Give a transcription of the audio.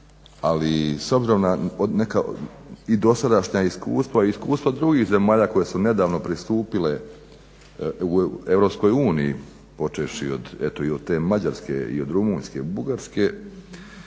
ali s obzirom na neka i dosadašnja iskustva i iskustva drugih zemalja koje su nedavno pristupile EU počevši eto i od te Mađarske i od Rumunjske i Bugarske